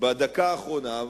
בדקה האחרונה.